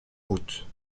route